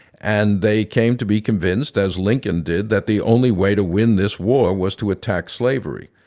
and they came to be convinced, as lincoln did, that the only way to win this war was to attack slavery.